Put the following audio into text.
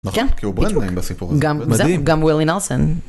גם ווילי נלסון.